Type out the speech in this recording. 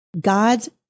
God's